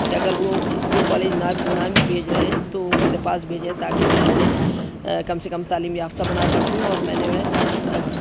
کہ اگر وہ اسکول کالج نہ نہ بھی بھیج رہے ہیں تو وہ میرے پاس بھیجیں تاکہ میں انہیں کم سے کم تعلیم یافتہ بنا سکوں اور میں نے